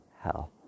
hell